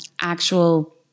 actual